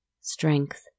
Strength